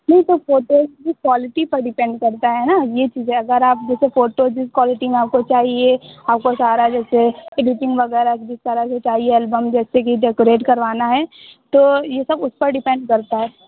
नहीं तो फोटोज़ की क्वालिटी पर डिपेंड करता है ना यह चीज़ है अगर आप जैसे फोटो जिस क्वालिटी में आपको चाहिए आपको सारा जो जैसे एडिटिंग वग़ैरह जिस तरह से चाहिए एलबम जैसेकि डेकोरेट करवाना है तो यह सब उस पर डिपेंड करता है